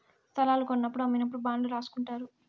స్తలాలు కొన్నప్పుడు అమ్మినప్పుడు బాండ్లు రాసుకుంటారు